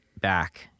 back